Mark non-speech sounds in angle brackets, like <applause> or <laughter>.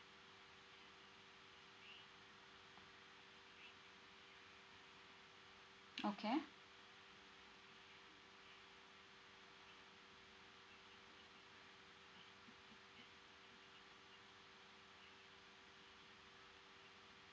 <noise> okay